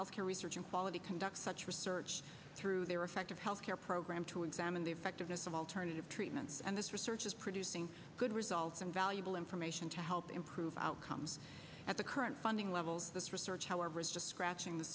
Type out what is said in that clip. health care research and quality conduct such research through their effective health care program to examine the effectiveness of alternative treatments and this research is producing good results and valuable information to help improve outcomes at the current funding levels this research however is just scratching the